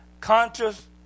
conscious